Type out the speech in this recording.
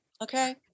Okay